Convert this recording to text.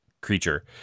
creature